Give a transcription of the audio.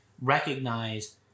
recognize